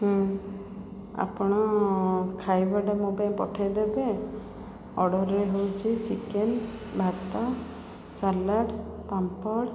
ଆପଣ ଖାଇବାଟା ମୋ ପାଇଁ ପଠେଇଦେବେ ଅର୍ଡ଼ର୍ରେ ହଉଛି ଚିକେନ୍ ଭାତ ସାଲାଡ଼୍ ପାମ୍ପଡ଼